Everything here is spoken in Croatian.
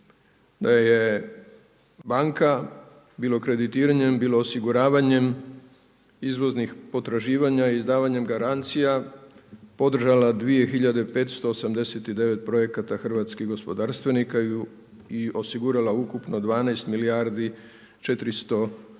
da je banka bilo kreditiranjem, bilo osiguravanjem izvoznih potraživanja i izdavanjem garancija podržala 2.589 projekata hrvatskih gospodarstvenika i osigurala ukupno 12 milijardi 400 milijuna